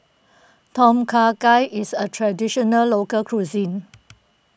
Tom Kha Gai is a Traditional Local Cuisine